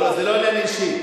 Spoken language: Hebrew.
לא לא, זה לא עניין אישי.